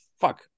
fuck